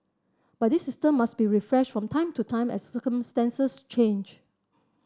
but this system must be refreshed from time to time as circumstances change